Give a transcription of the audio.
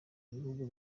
ibihugu